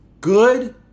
good